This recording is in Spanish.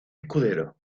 escudero